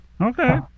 Okay